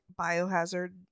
biohazard